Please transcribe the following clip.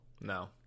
No